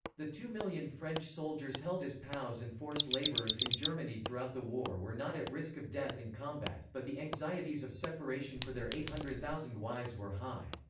the two million french soldiers soldiers held as pows and forced laborers in germany throughout the war were not at risk of death in combat, but the anxieties of separation for their eight hundred thousand wives were high.